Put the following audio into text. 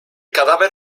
cadáver